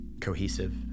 cohesive